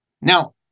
Now